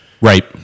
Right